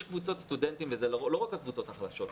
יש קבוצת סטודנטים, וזה לא רק הקבוצות החלשות,